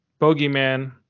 bogeyman